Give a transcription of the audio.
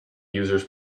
users